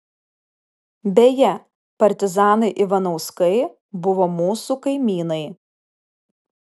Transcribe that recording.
beje partizanai ivanauskai buvo mūsų kaimynai